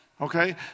Okay